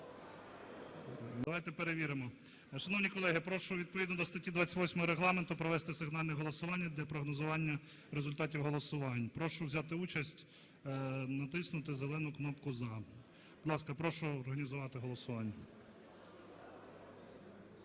давайте перевіримо. Шановні колеги, прошу відповідно до статті 28 Регламенту провести сигнальне голосування для прогнозування результатів голосувань. Прошу взяти участь, натиснути зелену кнопку "За". Будь ласка, прошу організувати голосування.